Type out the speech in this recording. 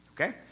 Okay